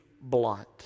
blunt